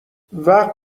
وقت